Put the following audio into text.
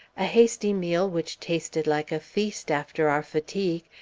a hasty meal, which tasted like a feast after our fatigue,